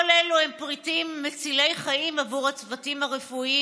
כל אלו הם פריטים מצילי חיים עבור הצוותים הרפואיים,